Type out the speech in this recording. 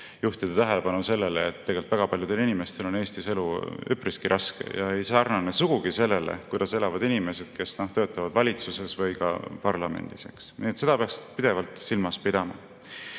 juhtida tähelepanu sellele, et väga paljudel inimestel on Eestis elu üpriski raske ega sarnane sugugi sellega, kuidas elavad inimesed, kes töötavad valitsuses või parlamendis. Seda peaks pidevalt silmas pidama.